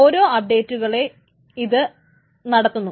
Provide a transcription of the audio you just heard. ഓരോ അപഡേറ്റുകളെ ഇതു നടത്തുന്നു